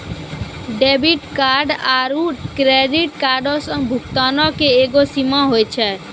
debit card आरू credit कार्डो से भुगतानो के एगो सीमा होय छै